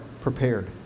prepared